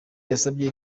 yasabye